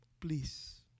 please